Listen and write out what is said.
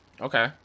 Okay